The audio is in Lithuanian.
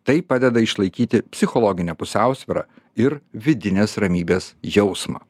tai padeda išlaikyti psichologinę pusiausvyrą ir vidinės ramybės jausmą